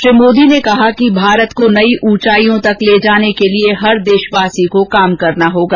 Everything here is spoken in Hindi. श्री मोदी ने कहा कि भारत को नई उंचाईयों तक ले जाने के लिए हर देशवासी को कार्य करना होगा